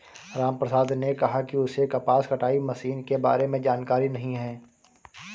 रामप्रसाद ने कहा कि उसे कपास कटाई मशीन के बारे में जानकारी नहीं है